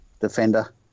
defender